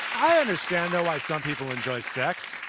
i understand, though, why some people enjoy sex,